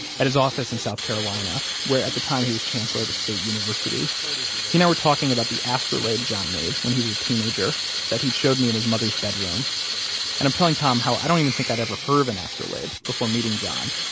at his office in south carolina, where at the time he was chancellor of a state university. sort of he and i were talking about the astrolabe john made when he was a teenager that he'd showed me in his mother's bedroom. and i'm telling tom how i don't even think i'd ever heard of an and astrolabe before meeting john,